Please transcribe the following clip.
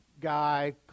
guy